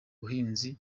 buhinzi